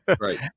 Right